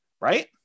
right